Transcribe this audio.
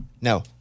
No